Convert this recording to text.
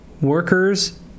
workers